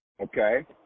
Okay